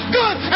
good